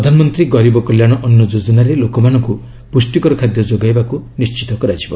ପ୍ରଧାନମନ୍ତ୍ରୀ ଗରିବ କଲ୍ୟାଣ ଅନ୍ନ ଯୋଜନାରେ ଲୋକମାନଙ୍କୁ ପୁଷ୍ଟିକର ଖାଦ୍ୟ ଯୋଗାଇବାକୁ ନିର୍ଣିତ କରାଯିବ